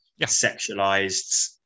sexualized